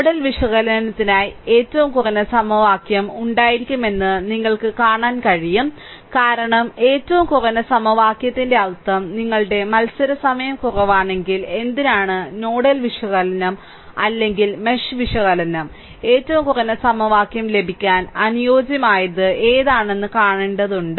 nodal വിശകലനത്തിനായി ഏറ്റവും കുറഞ്ഞ സമവാക്യം ഉണ്ടായിരിക്കുമെന്ന് നിങ്ങൾക്ക് കാണാൻ കഴിയും കാരണം ഏറ്റവും കുറഞ്ഞ സമവാക്യത്തിന്റെ അർത്ഥം നിങ്ങളുടെ മത്സര സമയം കുറവാണെങ്കിൽ എന്തിനാണ് നോഡൽ വിശകലനം അല്ലെങ്കിൽ മെഷ് വിശകലനം ഏറ്റവും കുറഞ്ഞ സമവാക്യം ലഭിക്കാൻ അനുയോജ്യമായത് ഏതാണെന്ന് കാണേണ്ടതുണ്ട്